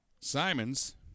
Simons